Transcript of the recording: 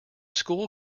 school